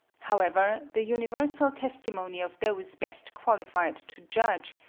however, the universal testimony of those best qualified to judge,